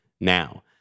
now